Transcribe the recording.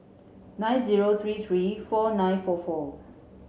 nine zero three three four nine four four